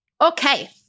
Okay